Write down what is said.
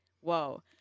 Whoa